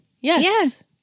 Yes